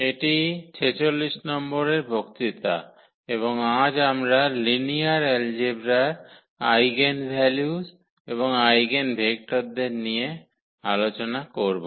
এটি 46 নম্বরের বক্তৃতা এবং আজ আমরা লিনিয়ার অ্যালজেব্রার আইগেনভ্যালিউস এবং আইগেনভেক্টরদের নিয়ে আলোচনা করব